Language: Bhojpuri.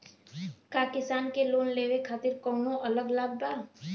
का किसान के लोन लेवे खातिर कौनो अलग लाभ बा?